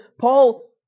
Paul